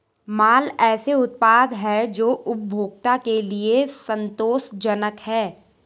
माल ऐसे उत्पाद हैं जो उपभोक्ता के लिए संतोषजनक हैं